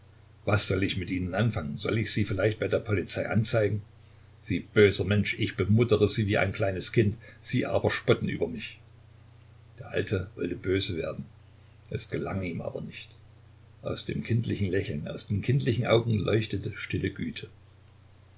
was soll ich mit ihnen anfangen soll ich sie vielleicht bei der polizei anzeigen sie böser mensch ich bemuttere sie wie ein kleines kind sie aber spotten über mich der alte wollte böse werden es gelang ihm aber nicht aus dem kindlichen lächeln aus den kindlichen augen leuchtete stille güte